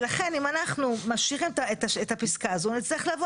ולכן אם אנחנו נשאיר את הפסקה הזאת נצטרך לבוא